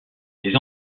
les